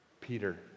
Peter